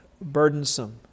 burdensome